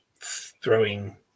throwing